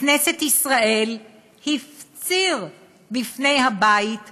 בכנסת ישראל, הפציר בפני הבית ואמר: